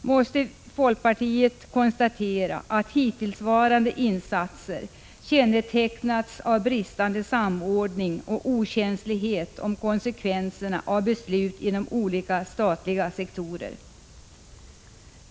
måste folkpartiet konstatera att hittillsvarande insatser har kännetecknats av bristande samordning och okänslighet för konsekvenserna av beslut inom olika statliga sektorer.